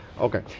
Okay